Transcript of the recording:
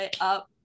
up